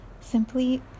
simply